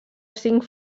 cinc